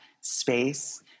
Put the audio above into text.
space